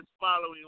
following